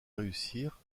réussir